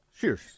Cheers